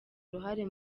uruhare